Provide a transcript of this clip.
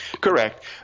Correct